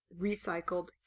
recycled